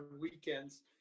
weekends